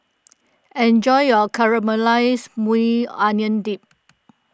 enjoy your Caramelized Maui Onion Dip